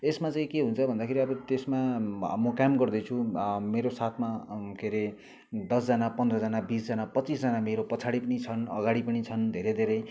यसमा चाहिँ के हुन्छ भन्दाखेरि अब त्यसमा म काम गर्दैछु मेरो साथमा के अरे दसजना पन्ध्रजना बिसजना पच्चिसजना मेरो पछाडि पनि छन् अगाडि पनि छन् धेरै धेरै